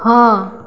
हाँ